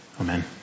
Amen